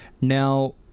now